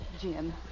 Jim